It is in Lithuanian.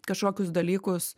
kažkokius dalykus